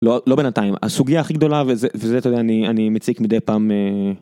לא לא בינתיים הסוגיה הכי גדולה וזה אני אני מציג מדי פעם.